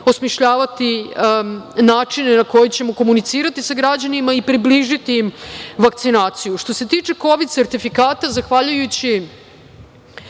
osmišljavati načine na koje ćemo komunicirati sa građanima i približiti im vakcinaciju. Što se tiče kovid sertifikata, zahvaljujući